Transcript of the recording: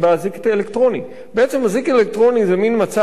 אזיק אלקטרוני הוא מין מצב שבו אתה נמצא בסיטואציה